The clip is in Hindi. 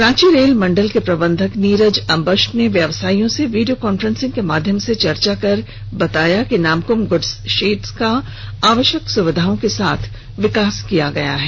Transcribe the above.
रांची रेल मंडल के प्रबंधक नीरज अम्बष्ठ ने व्यवसायियों से वीडियो कॉन्फ्रेंसिंग के माध्यम से चर्चा कर बताया कि नामकुम गुड्स शेड का आवश्यक सुविधाओं के साथ विकास किया गया है